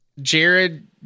Jared